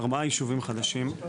ארבעה ישובים חדשים.